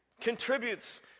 contributes